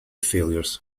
failures